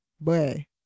boy